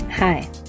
Hi